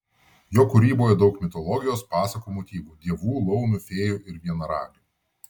jo kūryboje daug mitologijos pasakų motyvų dievų laumių fėjų ir vienaragių